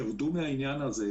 תרדו מהעניין הזה.